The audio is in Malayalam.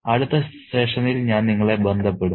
അടുത്ത സെഷനിൽ ഞാൻ നിങ്ങളെ ബന്ധപ്പെടും